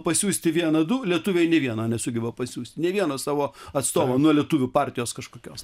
pasiųsti vieną du lietuviai nė vieno nesugeba pasiųsti nė vieno savo atstovo nuo lietuvių partijos kažkokios